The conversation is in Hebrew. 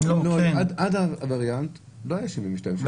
עד לווריאנט לא היו 72 שעות.